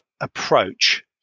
approach